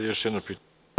Samo još jedno pitanje.